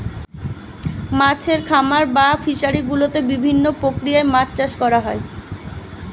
মাছের খামার বা ফিশারি গুলোতে বিভিন্ন প্রক্রিয়ায় মাছ চাষ করা হয়